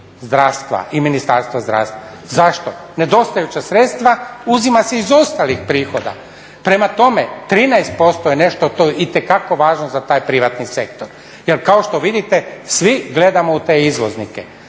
zdravstva i Ministarstva zdravstva. Zašto? Nedostajuća sredstva uzima se iz ostalih prihoda. Prema tome, 13% je nešto što je itekako važno za taj privatni sektor jer kao što vidite svi gledamo u te izvoznike,